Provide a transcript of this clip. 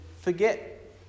forget